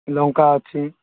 ଲଙ୍କା ଅଛି